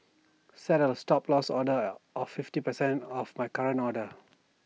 set A Stop Loss order of fifty percent of my current order